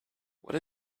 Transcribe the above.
what